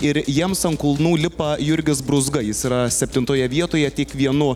ir jiems ant kulnų lipa jurgis brūzga jis yra septintoje vietoje tik vienu